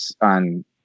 on